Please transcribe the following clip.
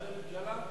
בעד הממשלה?